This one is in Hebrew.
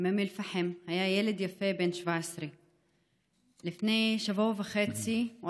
מאום אל-פחם היה ילד יפה בן 17. לפני שבוע וחצי הוא